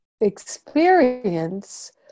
experience